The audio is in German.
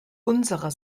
unserer